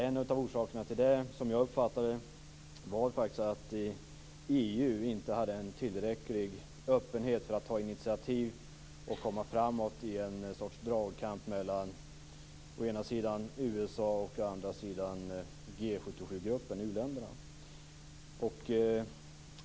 En av orsakerna var att EU inte hade en tillräcklig öppenhet för att ta initiativ och komma framåt i en sorts dragkamp med å ena sidan USA och å andra sidan G 77-gruppen och u-länderna.